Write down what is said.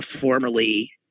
formerly